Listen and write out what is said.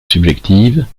subjective